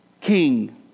king